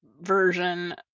version